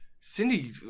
Cindy